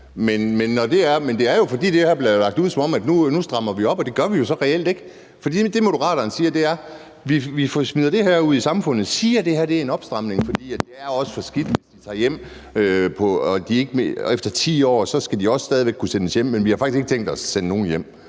Men det er jo, fordi det her bliver lagt ud, som om vi nu strammer op, og det gør vi jo så reelt ikke. For det, Moderaterne siger, er: Vi smider det her ud i samfundet – vi siger, at det her er en opstramning, for det er også for skidt, hvis de tager hjem, og efter 10 år skal de også stadig væk kunne sendes hjem, men vi har faktisk ikke tænkt os at sende nogen hjem.